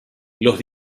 los